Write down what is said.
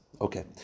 Okay